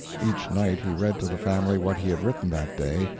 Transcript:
each night he read to the family what he had written that day,